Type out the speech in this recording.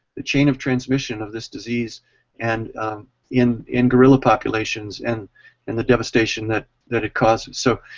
the chain of transmission of this disease and in in gorilla populations and and the devastation that that it causes. so,